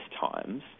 times